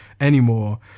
anymore